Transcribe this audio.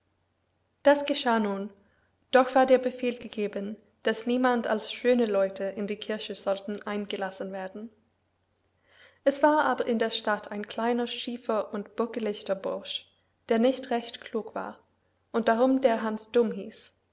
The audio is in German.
das geschah nun doch war der befehl gegeben daß niemand als schöne leute in die kirche sollten eingelassen werden es war aber in der stadt ein kleiner schiefer und buckelichter bursch der nicht recht klug war und darum der hans dumm